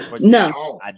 No